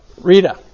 Rita